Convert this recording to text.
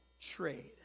trade